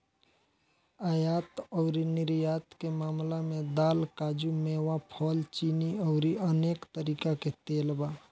आयात अउरी निर्यात के मामला में दाल, काजू, मेवा, फल, चीनी अउरी अनेक तरीका के तेल बा